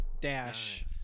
Dash